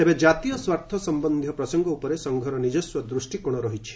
ତେବେ ଜାତୀୟ ସ୍ୱାର୍ଥ ସମ୍ଭନ୍ଧୀୟ ପ୍ରସଙ୍ଗ ଉପରେ ସଂଘର ନିଜସ୍ୱ ଦୃଷ୍ଟିକୋଣ ରହିଛି